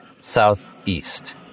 southeast